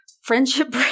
friendship